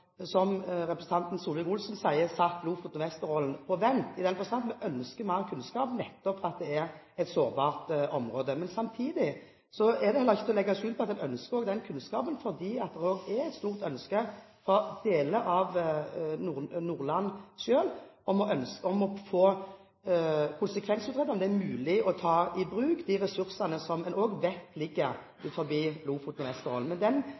som representanten Solvik-Olsen sier, satt Lofoten og Vesterålen på vent i den forstand at vi ønsker mer kunnskap nettopp fordi det er et sårbart område. Men samtidig er det heller ikke til å legge skjul på at en ønsker den kunnskapen, for det er et stort ønske fra deler av Nordland selv om å få konsekvensutredet om det er mulig å ta i bruk de ressursene som en også vet ligger utenfor Lofoten og Vesterålen. Men